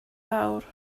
fawr